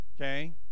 okay